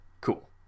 cool